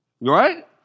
Right